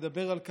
לדבר על כך,